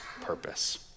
purpose